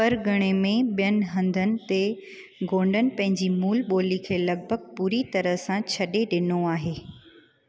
परॻिणे में बि॒यनि हंधनि ते गोंडनि पंहिंजी मूल ॿोली खे लॻभॻि पूरी तरह सां छॾे ॾिनो आहे